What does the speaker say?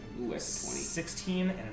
16